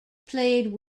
played